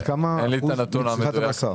על כמה אחוז מצריכת הבשר?